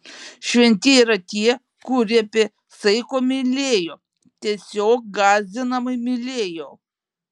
šventieji yra tie kurie be saiko mylėjo tiesiog gąsdinamai mylėjo